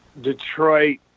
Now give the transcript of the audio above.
Detroit